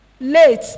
late